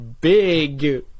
Big